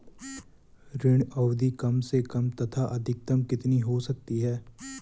ऋण अवधि कम से कम तथा अधिकतम कितनी हो सकती है?